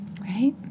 right